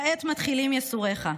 כעת מתחילים ייסוריך.